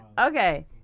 Okay